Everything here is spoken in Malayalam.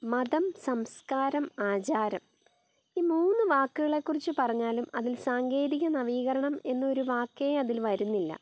മതം സംസ്കാരം ആചാരം ഈ മൂന്ന് വാക്കുകളെക്കുറിച്ച് പറഞ്ഞാലും അതിൽ സാങ്കേതിക നവീകരണം എന്ന ഒരു വാക്കേ അതിൽ വരുന്നില്ല